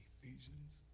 Ephesians